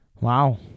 Wow